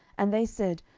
and they said,